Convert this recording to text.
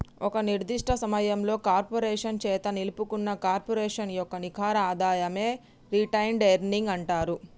ఒక నిర్దిష్ట సమయంలో కార్పొరేషన్ చేత నిలుపుకున్న కార్పొరేషన్ యొక్క నికర ఆదాయమే రిటైన్డ్ ఎర్నింగ్స్ అంటరు